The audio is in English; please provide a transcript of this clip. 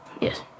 Yes